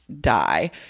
die